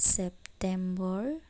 September